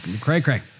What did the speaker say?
Cray-cray